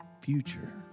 future